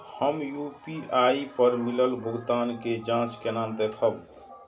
हम यू.पी.आई पर मिलल भुगतान के जाँच केना देखब?